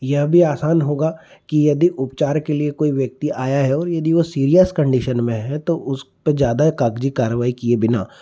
यह भी आसान होगा कि यदि उपचार के लिए कोई व्यक्ति आया है और यदि वो सीरियस कंडिशन में है तो उस पर ज्यादा कागजी कार्रवाई किए बिना